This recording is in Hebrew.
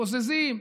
בוזזים,